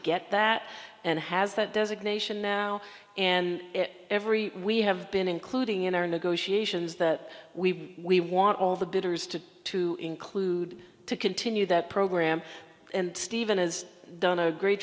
get that and has that designation now and every we have been including in our negotiations that we we want all the bidders to to include to continue that program and stephen has done a great